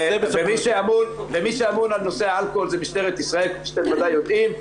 מי שאמון על נושא אלכוהול זו משטרת ישראל כפי שאתם בוודאי יודעים.